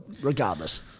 regardless